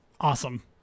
Awesome